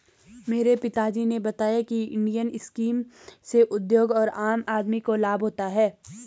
मेरे पिता जी ने बताया की इंडियन स्कीम से उद्योग और आम आदमी को लाभ होता है